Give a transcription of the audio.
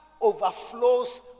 overflows